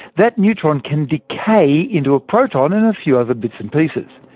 that neutron can decay into a proton, and a few other bits and pieces.